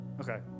Okay